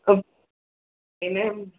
कब देना है हम